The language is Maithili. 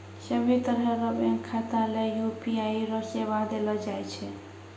सभ्भे तरह रो बैंक खाता ले यू.पी.आई रो सेवा देलो जाय छै